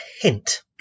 hint